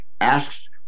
asks